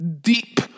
deep